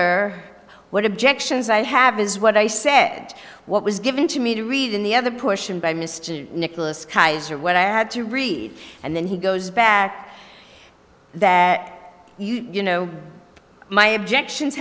or what objections i have is what i said what was given to me to read in the other portion by mr nicholas kaiser what i had to read and then he goes back that you know my objections